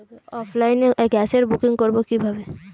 অফলাইনে গ্যাসের বুকিং করব কিভাবে?